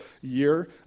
year